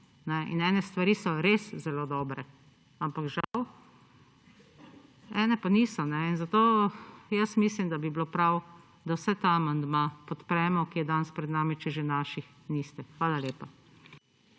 In ene stvari so res zelo dobre, ampak žal ene pa niso in zato jaz mislim, da bi bilo prav, da vsaj ta amandma podpremo, ki je danes pred nami, če že naših niste. Hvala lepa.